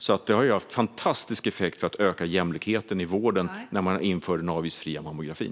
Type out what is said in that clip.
Det har alltså haft en fantastisk effekt för att öka jämlikheten i vården att man införde den avgiftsfria mammografin.